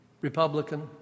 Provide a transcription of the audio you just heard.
Republican